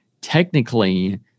technically